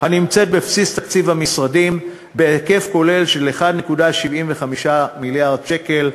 הנמצאת בבסיס תקציב המשרדים בהיקף כולל של 1.75 מיליארד שקל,